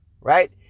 right